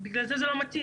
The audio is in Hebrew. בגלל זה זה לא מתאים.